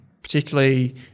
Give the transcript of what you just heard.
particularly